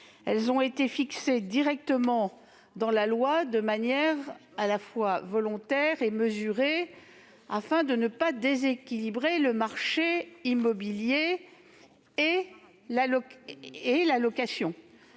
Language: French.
Celles-ci ont été fixées directement dans la loi de manière à la fois volontaire et mesurée, afin de ne pas déséquilibrer le marché immobilier et la location,